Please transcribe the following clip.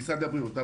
משרד הבריאות.